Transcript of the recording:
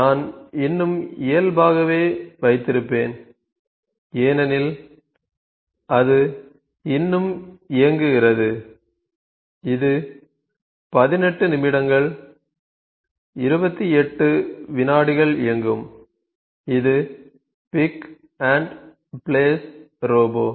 நான் இன்னும் இயல்பாகவே வைத்திருப்பேன் ஏனெனில் அது இன்னும் இயங்குகிறது இது 18 நிமிடங்கள் 28 வினாடிகள் இயங்கும் இது பிக் அண்ட் பிளேஸ் ரோபோ